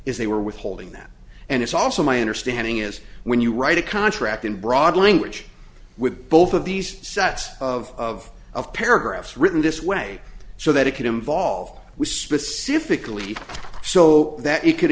is they were withholding that and it's also my understanding is when you write a contract in broad language with both of these sets of of paragraphs written this way so that it could involve we specifically so that you could